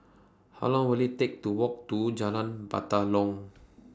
How Long Will IT Take to Walk to Jalan Batalong